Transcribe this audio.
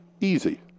easy